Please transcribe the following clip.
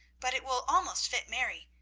but it will almost fit mary,